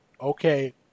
okay